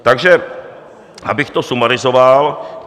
Takže abych to sumarizoval.